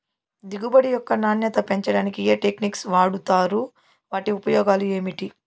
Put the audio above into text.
దిగుబడి యొక్క నాణ్యత పెంచడానికి ఏ టెక్నిక్స్ వాడుతారు వాటి ఉపయోగాలు ఏమిటి?